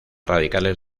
radicales